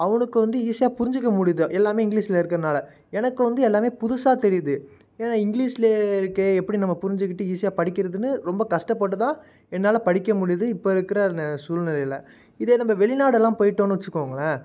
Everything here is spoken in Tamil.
அவனுக்கு வந்து ஈஸியாக புரிஞ்சுக்க முடியுது எல்லாம் இங்கிலீஷில் இருக்கிறனால எனக்கு வந்து எல்லாம் புதுசாக தெரியுது ஏன்னா இங்கிலீஷில் இருக்கு எப்படி நம்ம புரிஞ்சுக்கிட்டு ஈஸியாக படிக்கிறதுன்னு ரொம்ப கஷ்டப்பட்டு தான் என்னால் படிக்க முடியுது இப்போ இருக்கிற ந சூழ்நிலையில இதே நம்ம வெளிநாடுல்லாம் போயிட்டோம்னு வச்சிக்கோங்களேன்